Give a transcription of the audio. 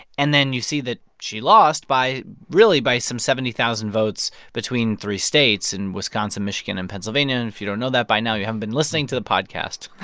and then you see that she lost by really, by some seventy thousand votes between three states in wisconsin, michigan and pennsylvania. and if you don't know that by now, you haven't been listening to the podcast